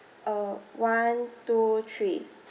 uh one two three